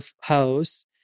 house